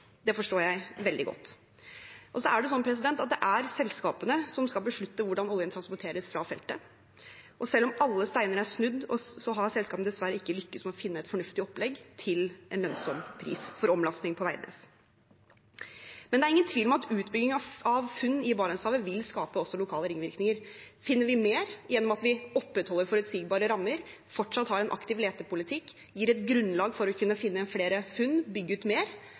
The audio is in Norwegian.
det forstår jeg veldig godt. Så er det sånn at det er selskapene som skal beslutte hvordan oljen transporteres fra feltet, og selv om alle steiner er snudd, har selskapene dessverre ikke lyktes med å finne et fornuftig opplegg, til en lønnsom pris, for omlasting på Veidnes. Men det er ingen tvil om at utbygging av funn i Barentshavet vil skape også lokale ringvirkninger. Finner vi mer – gjennom at vi opprettholder forutsigbare rammer, fortsatt har en aktiv letepolitikk og gir et grunnlag for å kunne gjøre flere funn og bygge ut mer